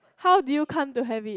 how do you come to have it